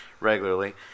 regularly